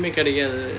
கெடைக்காது:kedaikkaathu